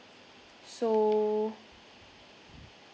so